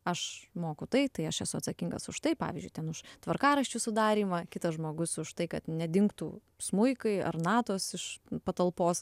aš moku tai tai aš esu atsakingas už tai pavyzdžiui ten už tvarkaraščių sudarymą kitas žmogus už tai kad nedingtų smuikai ar natos iš patalpos